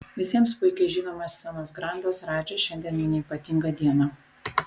visiems puikiai žinomas scenos grandas radži šiandien mini ypatingą dieną